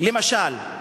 למשל: